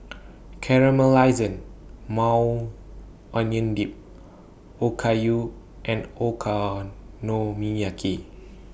Caramelized Maui Onion Dip Okayu and Okonomiyaki